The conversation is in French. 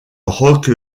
rock